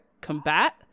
combat